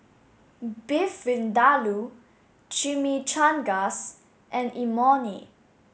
Beef Vindaloo Chimichangas and Imoni